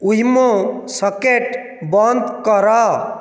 Wemo socket ବନ୍ଦ କର